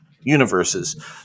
universes